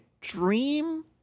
dream